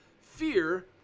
fear